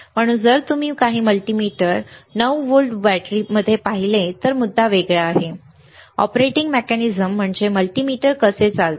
म्हणून जर तुम्ही काही मल्टीमीटर 9 व्होल्ट बॅटरीमध्ये पाहिले तर मुद्दा वेगळा आहे ऑपरेटिंग मेकॅनिझम म्हणजे मल्टीमीटर कसे चालते